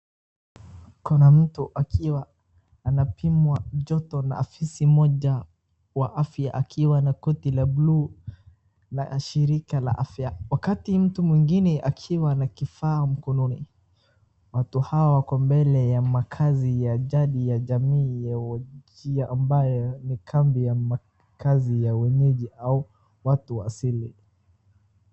Kuna mtu akiwa anapimwa joto na afisa mmoja wa afya akiwa na koti la buluu la shirika la afya, wakati mtu mwingine akiwa na kifaa mkononi. Watu hawa wako mbele ya makazi ya jadi ya jamii ya Wajir ambayo ni kambi ya makazi ya wenyeji au watu wa asili.